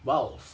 !wow!